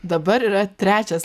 dabar yra trečias